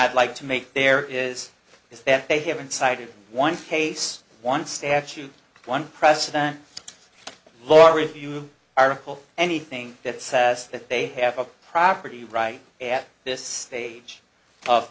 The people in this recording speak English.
i'd like to make there is is that they haven't cited one case one statute one president law review article anything that says that they have a property right at this stage of